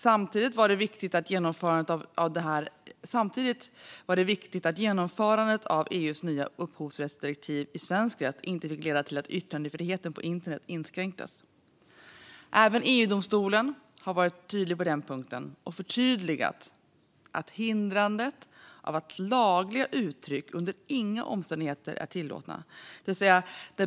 Samtidigt var det viktigt att genomförandet av EU:s nya upphovsrättsdirektiv i svensk rätt inte fick leda till att yttrandefriheten på internet inskränktes. Även EU-domstolen har varit tydlig på den punkten och förtydligat att hindrande av lagliga uttryck under inga omständigheter är tillåtet.